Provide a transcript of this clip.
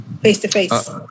face-to-face